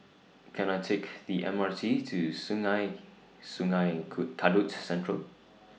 Can I Take The M R T to Sungei Sungei Kadut Central